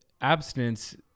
abstinence